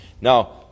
Now